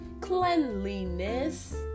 Cleanliness